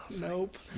Nope